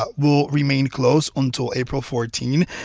ah will remain closed until april fourteen.